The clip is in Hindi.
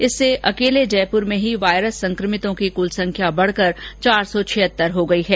इससे अकेले जयपुर में ही वायरस संक्रमितों की कुल संख्या बढकर चार सौ छिहतर हो गयी है